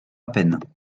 peine